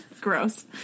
Gross